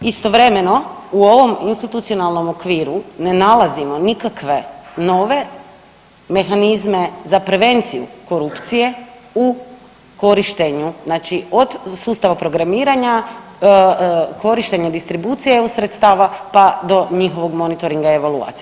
Istovremeno u ovom institucionalnom okviru ne nalazimo nikakve nove mehanizme za prevenciju korupcije u korištenju, znači od sustava programiranja, korištenja distribucije EU sredstava pa do njihovog monitoringa evaluacije.